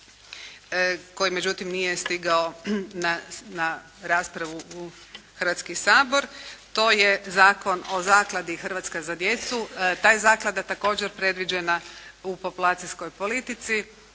koji međutim nije stigao na raspravu u Hrvatski sabor. To je Zakon o zakladi Hrvatske za djecu. Ta je zaklada također predviđena u populacijskoj politici